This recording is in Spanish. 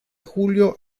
julio